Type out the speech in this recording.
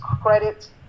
credit